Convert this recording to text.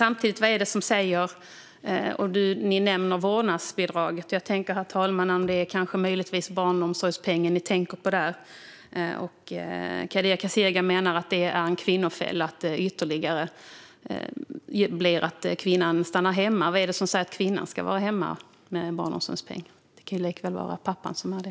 Ni nämner vårdnadsbidraget. Men det kanske möjligtvis är barnomsorgspengen ni tänker på där. Kadir Kasirga menar att det är en kvinnofälla och att det än mer gör att kvinnan stannar hemma. Vad är det som säger att kvinnan ska vara hemma med en barnomsorgspeng? Det kan likaväl vara pappan som är det.